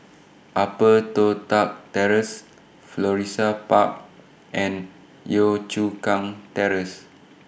Upper Toh Tuck Terrace Florissa Park and Yio Chu Kang Terrace